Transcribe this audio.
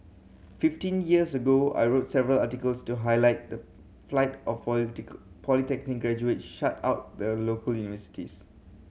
fifteen years ago I wrote several articles to highlight the flight of polytech polytech in graduation shut out the local universities